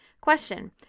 Question